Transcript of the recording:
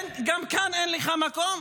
גם כאן אין לך מקום?